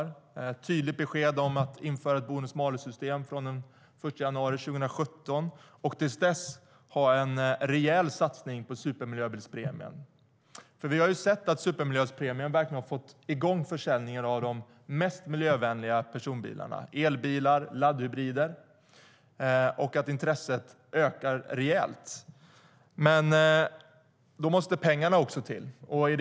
Det innehåller också ett tydligt besked om att införa ett bonus-malus-system från den 1 januari 2017 och att vi fram till dess gör en rejäl satsning på supermiljöbilspremien. Pengar måste dock till.